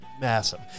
Massive